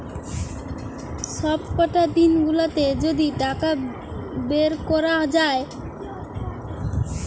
সবকটা দিন গুলাতে যদি টাকা বের কোরা যায়